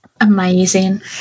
Amazing